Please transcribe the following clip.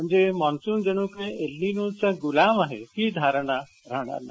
म्हणजे मॉन्सून हा एल्निनो चा गुलाम आहे हि धारणा राहणार नाही